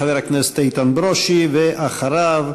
חבר הכנסת איתן ברושי, ואחריו,